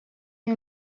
you